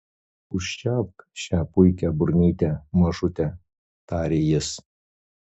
užčiaupk šią puikią burnytę mažute tarė jis